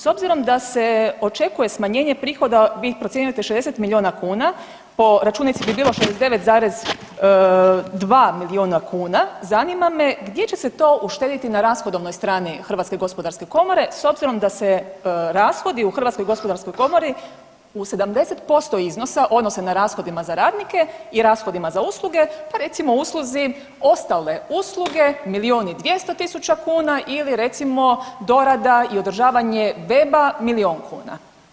S obzirom da se očekuje smanjenje prihoda, vi ih procjenjujete, 60 milijuna kuna, po računici bi bilo 69,2 milijuna kuna, zanima me gdje će se to uštediti na rashodovnoj strani HGK s obzirom da se rashodi u HGK u 70% iznosa odnose na rashodima za radnike i rashodima za usluge, pa recimo usluzi, ostale usluge, milijun i 200 tisuća kuna ili recimo, dorada i održavanje weba, milijun kuna.